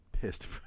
pissed